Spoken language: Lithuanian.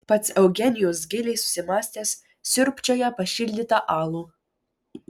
pats eugenijus giliai susimąstęs siurbčioja pašildytą alų